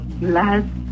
last